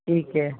ਠੀਕ ਐ